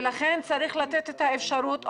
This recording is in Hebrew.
ולכן צריך לתת את האפשרות,